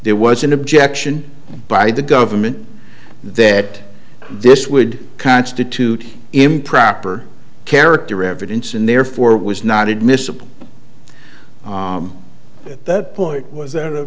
there was an objection by the government that this would constitute improper character evidence and therefore it was not admissible at that point was that